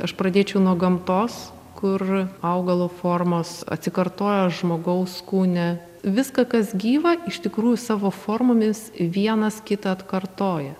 aš pradėčiau nuo gamtos kur augalo formos atsikartoja žmogaus kūne viską kas gyva iš tikrųjų savo formomis vienas kitą atkartoja